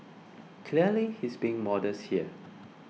clearly he's being modest here